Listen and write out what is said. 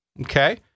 Okay